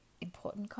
important